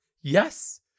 Yes